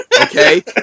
Okay